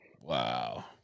Wow